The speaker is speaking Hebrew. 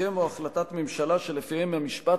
הסכם או החלטת ממשלה שלפיהם המשפט,